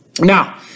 Now